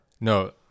No